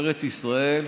ארץ ישראל